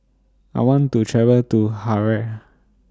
I want to travel to Harare